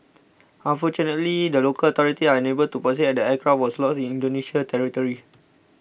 unfortunately the local authorities are unable to proceed as the aircraft was lost in Indonesia territory